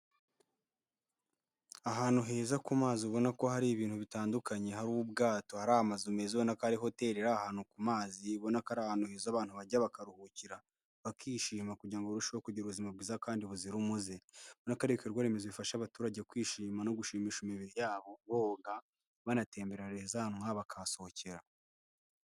Ahantu heza ku mazi ubona ko hari ibintu bitandukanye, hari ubwato, hari amazu meza ubona ko hari hoteli ari ahantu ku mazi, ubona ko ari ahantu heza abantu bajya bakaruhukira bakishima kugira ngo barusheho kugira ubuzima bwiza kandi buzira umuze. nUrabona ko ari ibikorwaremezo bifasha abaturage kwishima no gushimisha imibiri yabo boga, banatemmbera bakahasohokera.